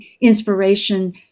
inspiration